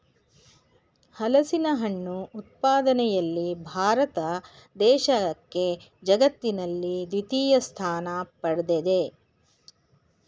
ಹಲಸಿನಹಣ್ಣು ಉತ್ಪಾದನೆಯಲ್ಲಿ ಭಾರತ ದೇಶಕ್ಕೆ ಜಗತ್ತಿನಲ್ಲಿ ದ್ವಿತೀಯ ಸ್ಥಾನ ಪಡ್ದಿದೆ